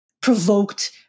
provoked